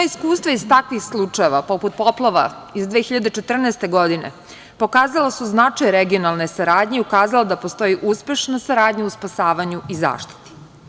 Iskustva iz takvih slučajeva, poput poplava iz 2014. godine, pokazala su značaj regionalne saradnje i ukazala da postoji uspešna saradnja u spasavanju i zaštiti.